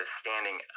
standing